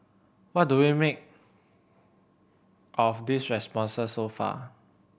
what do we make of these responses so far